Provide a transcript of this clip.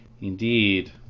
Indeed